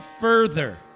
further